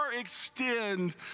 extend